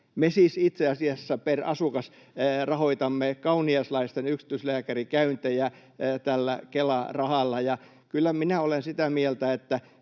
Me siis itse asiassa per asukas rahoitamme kauniaislaisten yksityislääkärikäyntejä tällä Kela-rahalla. Kyllä minä olen sitä mieltä,